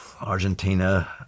Argentina